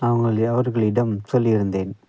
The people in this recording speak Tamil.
அவங்கள் எ அவர்களிடம் சொல்லியிருந்தேன்